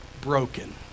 Broken